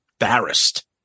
embarrassed